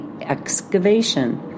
Excavation